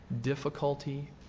difficulty